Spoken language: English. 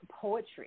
poetry